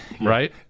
Right